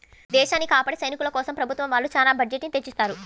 దేశాన్ని కాపాడే సైనికుల కోసం ప్రభుత్వం వాళ్ళు చానా బడ్జెట్ ని తెచ్చిత్తారు